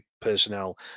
personnel